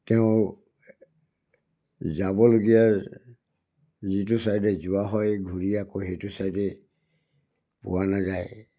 তেওঁ যাবলগীয়া যিটো ছাইডে যোৱা হয় ঘূৰি আকৌ সেইটো চাইডে পোৱা নাযায়